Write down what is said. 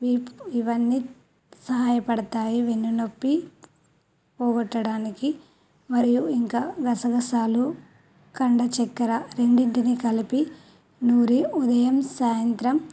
వీపు ఇవన్నీ సహాయపడతాయి వెన్నునొప్పి పోగొట్టడానికి మరియు ఇంకా గసగసాలు కండచెక్కర రెండిటిని కలిపి నూరి ఉదయం సాయంత్రం